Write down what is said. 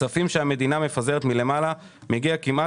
כספים שהמדינה מפזרת מלמעלה מגיעים כמעט